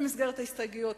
במסגרת ההסתייגויות,